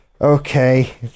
Okay